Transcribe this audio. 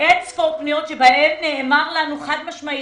אין ספור פניות שבהן נאמר לנו חד-משמעית,